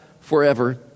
forever